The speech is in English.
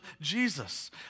Jesus